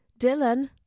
Dylan